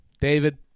David